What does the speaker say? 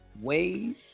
ways